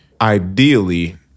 ideally